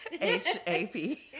h-a-p